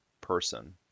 person